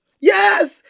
Yes